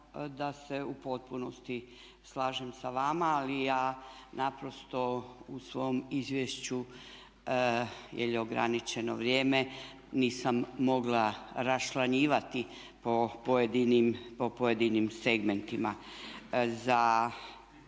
da se u potpunosti slažem sa vama, ali ja naprosto u svom izvješću jer je ograničeno vrijeme nisam mogla raščlanjivati po pojedinim segmentima.